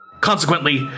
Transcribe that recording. Consequently